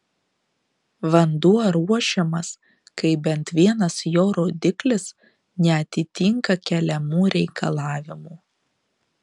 vanduo ruošiamas kai bent vienas jo rodiklis neatitinka keliamų reikalavimų